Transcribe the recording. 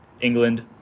england